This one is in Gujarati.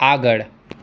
આગળ